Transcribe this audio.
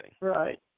Right